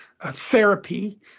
therapy